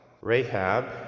Rahab